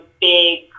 big